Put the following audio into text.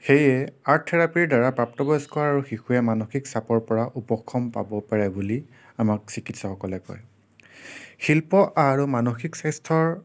সেইয়ে আৰ্ট থেৰাপীৰ দ্বাৰা প্ৰাপ্তবয়স্ক আৰু শিশুৱে মানসিক চাপৰ পৰা উপশম পাব পাৰে বুলি আমাক চিকিৎসকসকলে কয় শিল্প আৰু মানসিক স্বাস্থ্য়ৰ